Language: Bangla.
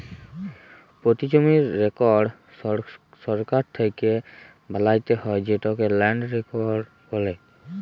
পতি জমির রেকড় সরকার থ্যাকে বালাত্যে হয় যেটকে ল্যান্ড রেকড় বলে